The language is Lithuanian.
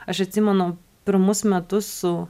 aš atsimenu pirmus metus su